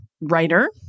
writer